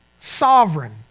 sovereign